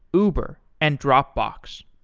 uber, and dropbox.